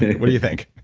what do you think?